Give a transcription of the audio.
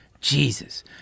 Jesus